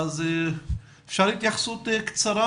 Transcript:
אפשר התייחסות קצרה